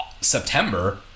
September